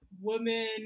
woman